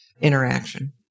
interaction